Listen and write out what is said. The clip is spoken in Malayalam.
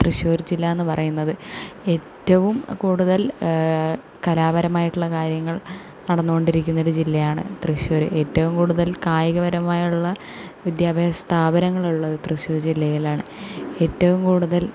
തൃശ്ശൂർ ജില്ലയെന്നു പറയുന്നത് ഏറ്റവും കൂടുതൽ കലാപരമായിട്ടുള്ള കാര്യങ്ങൾ നടന്നു കൊണ്ടിരിക്കുന്ന ഒരു ജില്ലയാണ് തൃശ്ശൂർ ഏറ്റവും കൂടുതൽ കായിക പരമായുള്ള വിദ്യാഭ്യാസ സ്ഥാപനങ്ങളുള്ളത് തൃശ്ശൂർ ജില്ലയിലാണ് ഏറ്റവും കൂടുതൽ